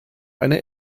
eine